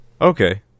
Okay